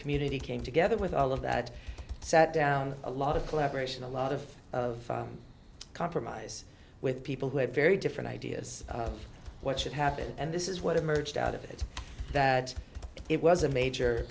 community came together with all of that sat down a lot of collaboration a lot of of compromise with people who had very different ideas of what should happen and this is what emerged out of it that it was a major